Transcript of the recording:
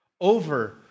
over